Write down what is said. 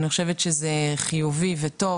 אני חושב שזה חיובי וטוב.